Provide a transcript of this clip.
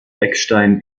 eckstein